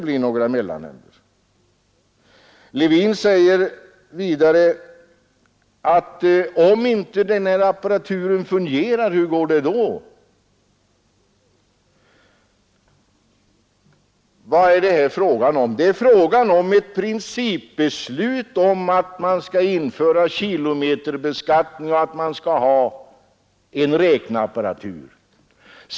Vidare frågar herr Levin: ”Om inte den här apparaturen fungerar, hur går det då?” Vad är det här fråga om? Det är fråga om ett principbeslut om att man skall införa kilometerbeskattning och att man skall ha en räknarapparatur.